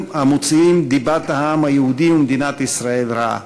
המוציאים דיבת העם היהודי ומדינת ישראל רעה.